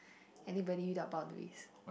anybody without boundaries